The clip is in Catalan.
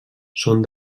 són